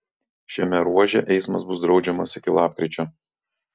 šiame ruože eismas bus draudžiamas iki lapkričio